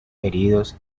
heridos